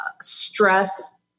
stress